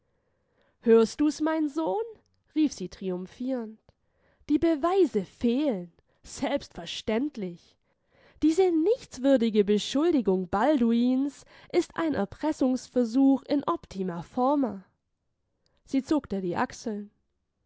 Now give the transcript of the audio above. hörst du's mein sohn rief sie triumphierend die beweise fehlen selbstverständlich diese nichtswürdige beschuldigung balduins ist ein erpressungsversuch in optima forma sie zuckte die achseln